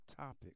topic